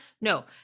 No